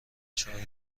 چای